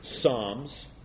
Psalms